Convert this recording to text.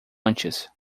antes